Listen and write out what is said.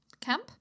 camp